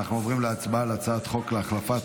אנחנו עוברים להצבעה על הצעת חוק להחלפת